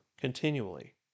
continually